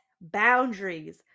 boundaries